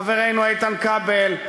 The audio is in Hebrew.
חברנו איתן כבל,